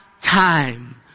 time